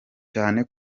cyane